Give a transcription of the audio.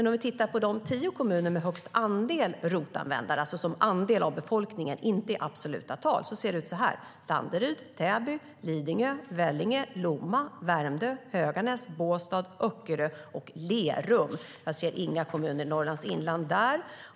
Om vi tittar på vilka tio kommuner som har högst andel ROT-användare, alltså andel av befolkningen och inte i absoluta tal, ser vi att det är Danderyd, Täby, Lidingö, Vellinge, Lomma, Värmdö, Höganäs, Båstad, Öckerö och Lerum. Jag ser inga kommuner i Norrlands inland där.